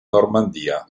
normandia